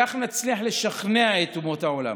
כך נצליח לשכנע את אומות העולם.